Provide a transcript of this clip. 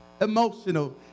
Emotional